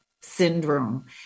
syndrome